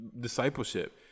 discipleship